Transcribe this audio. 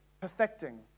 perfecting